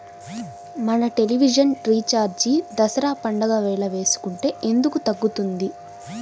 మన television recharge Dasara పండగ వేళ వేసుకుంటే ఎందుకు తగ్గుతుంది?